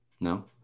No